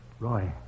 Roy